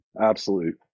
absolute